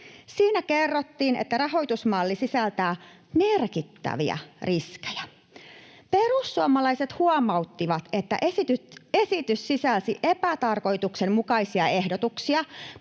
Siinä kerrottiin, että rahoitusmalli sisältää merkittäviä riskejä. Perussuomalaiset huomauttivat, että esitys sisälsi epätarkoituksenmukaisia ehdotuksia,